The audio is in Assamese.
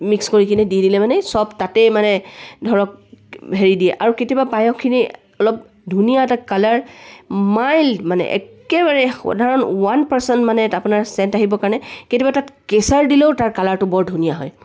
মিক্স কৰি কিনে দি দিলে মানে চব তাতেই মানে ধৰক হেৰি দিয়ে আৰু কেতিয়াবা পায়সখিনি অলপ ধুনীয়া এটা কালাৰ মাইল্ড মানে একেবাৰে সাধাৰণ ওৱান পাৰচেণ্ট মানে আপোনাৰ চেণ্ট আহিবৰ কাৰণে কেতিয়াবা তাত কেশৰ দিলেও তাৰ কালাৰটো বৰ ধুনীয়া হয়